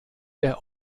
der